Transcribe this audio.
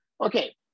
Okay